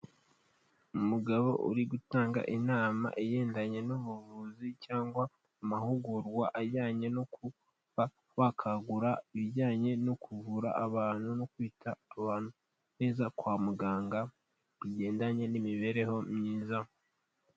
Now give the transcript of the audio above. Umugabo uri gutanga inama igendanye n'ubuvuzi cyangwa amahugurwa ajyanye no kuba bakagura ibijyanye no kuvura abantu no kwita ku bantu neza kwa muganga, bigendanye n'imibereho myiza.